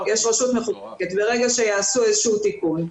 יש רשות מחוקקת, ברגע שיעשו איזה שהוא תיקון,